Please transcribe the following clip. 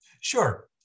Sure